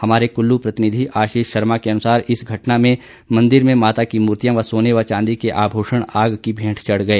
हमारे कुल्लू प्रतिनिधि आशीष शर्मा के अनुसार इस घटना में मंदिर में माता की मूर्तियां व सोने व चांदी के आभूषण आग की भेंट चढ़ गए